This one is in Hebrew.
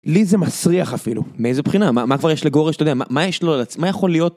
לי זה מסריח אפילו. מאיזה בחינה? מה כבר יש לגורש? אתה יודע, מה יש לו על עצמו? מה יכול להיות?